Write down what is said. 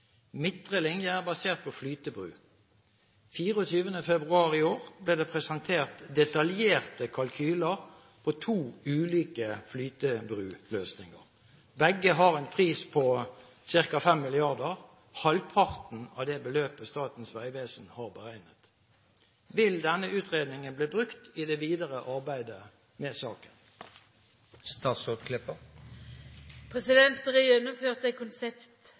linje er basert på flytebru. 24. februar 2012 ble det presentert detaljerte kalkyler på to ulike flytebruløsninger. Begge har en pris på 5 mrd. kr, halvparten av det beløpet Statens vegvesen har beregnet. Vil denne utredningen bli brukt i det videre arbeid med saken?»